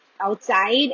outside